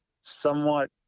somewhat